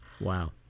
Wow